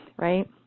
right